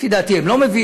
לפי דעתי הם לא מביאים,